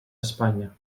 espanya